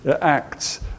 Acts